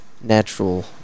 natural